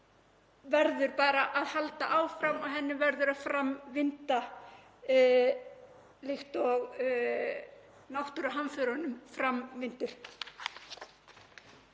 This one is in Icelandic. verður bara að halda áfram og henni verður að vinda fram líkt og náttúruhamförunum vindur